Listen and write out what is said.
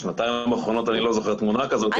בשנתיים האחרונות אני לא זוכר תמונה כזאת,